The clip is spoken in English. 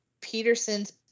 Peterson's